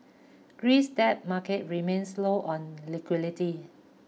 Greece debt market remains low on liquidity